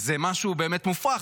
זה משהו באמת מופרך.